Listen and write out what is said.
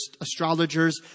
astrologers